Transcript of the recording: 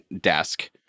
desk